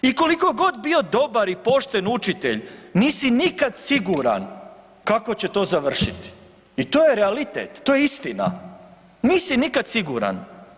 I kolikogod bio dobar i pošten učitelj nisi nikad siguran kako će to završiti i to je realitet, to je istina, nisi nikad siguran.